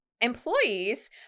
employees